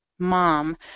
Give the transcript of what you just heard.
mom